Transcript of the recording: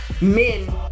men